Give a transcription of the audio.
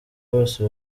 bose